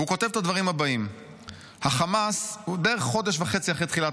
והוא כותב את הדברים הבאים בערך חודש וחצי מתחילת